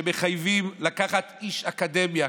שמחייבים לקחת איש אקדמיה,